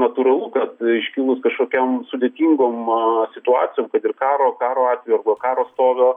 natūralu kad iškilus kažkokiom sudėtingom situacijom kad ir karo karo atveju arba karo stovio